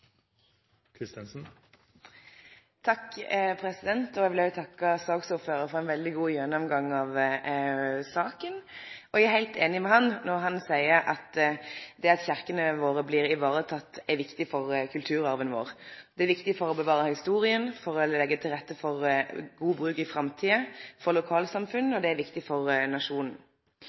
Eg vil òg takke saksordføraren for ein veldig god gjennomgang av saka. Eg er heilt einig med han når han seier at det er viktig for kulturarven vår at kyrkjene blir tekne vare på. Det er viktig for å bevare historia, for å leggje til rette for god bruk i framtida, for lokalsamfunna, og det er viktig for nasjonen.